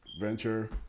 Venture